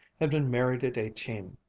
had been married at eighteen,